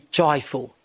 joyful